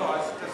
אז תסביר לי.